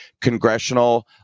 congressional